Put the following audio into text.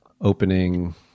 opening